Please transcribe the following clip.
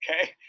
Okay